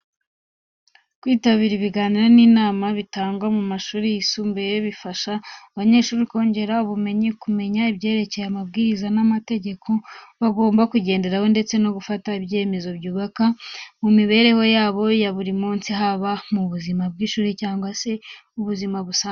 Kwitabira ibiganiro n'inama bitangwa mu mashuri yisumbuye bifasha abanyeshuri kongera ubumenyi, kumenya ibyerekeye amabwiriza n'amategeko bagomba kugenderaho ndetse no gufata ibyemezo byubaka mu mibereho yabo ya buri munsi, haba mu buzima bw'ishuri cyangwa se ubuzima busanzwe.